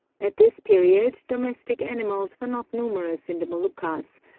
at this period domestic animals were not numerous in the moluccas,